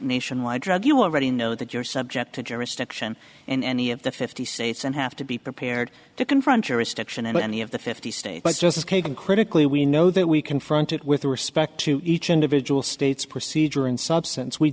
nationwide drug you already know that you're subject to jurisdiction and any of the fifty states and have to be prepared to confront your wrist action at any of the fifty states but justice kagan critically we know that we confront it with respect to each individual states procedure in substance we